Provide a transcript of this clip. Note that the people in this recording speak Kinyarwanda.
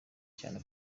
cyane